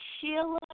Sheila